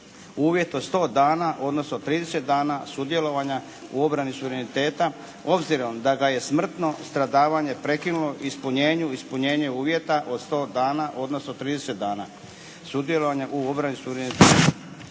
uvjet od 100 dana, odnosno 30 dana sudjelovanja u obrani suvereniteta obzirom da ga je smrtno stradavanje prekinulo ispunjenju, ispunjenje uvjeta od 100 dana, odnosno 30 dana sudjelovanja u obrani suvereniteta.